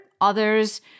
Others